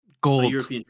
gold